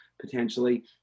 potentially